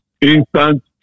instant